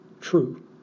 true